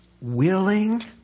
willing